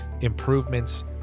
Improvements